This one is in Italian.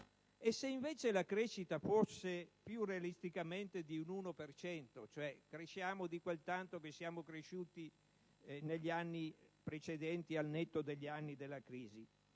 Se invece la crescita fosse, più realisticamente, pari all'un per cento, cioè se crescessimo di quel tanto che siamo cresciuti negli anni precedenti, al netto degli anni della crisi?